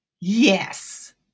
yes